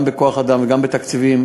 גם בכוח-אדם וגם בתקציבים,